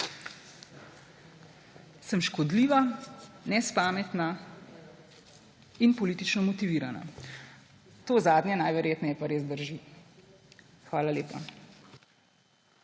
Sem škodljiva, nespametna in politično motivirana. To zadnje najverjetneje pa res drži. Hvala lepa.